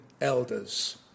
elders